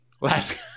Last